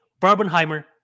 barbenheimer